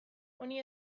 honi